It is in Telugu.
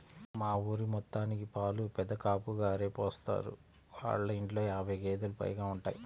మా ఊరి మొత్తానికి పాలు పెదకాపుగారే పోత్తారు, ఆళ్ళ ఇంట్లో యాబై గేదేలు పైగా ఉంటయ్